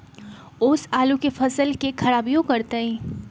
ओस आलू के फसल के खराबियों करतै?